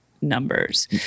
numbers